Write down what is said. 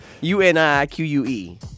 U-N-I-Q-U-E